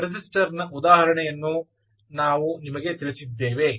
load ರೆಸಿಸ್ಟರ್ನ ಉದಾಹರಣೆಯನ್ನು ನಾವು ನಿಮಗೆ ತಿಳಿಸಿದ್ದೇವೆ